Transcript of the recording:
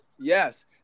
Yes